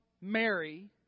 Mary